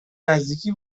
نزدیکی